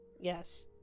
Yes